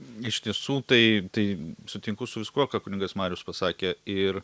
iš tiesų tai tai sutinku su viskuo ką kunigas marius pasakė ir